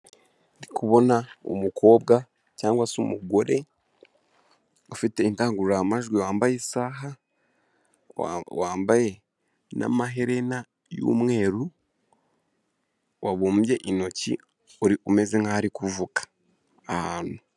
Ndikubona umukobwa cyangwa se umugore ufite indangururamajwi wambaye isaha, wambaye n'amaherena y'umweru, wabumbye intoki umeze nkaho arikuvuga ahantu.